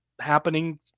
happening